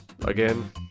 again